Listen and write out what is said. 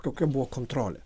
kokia buvo kontrolė